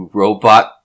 robot